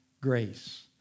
grace